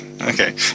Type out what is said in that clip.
okay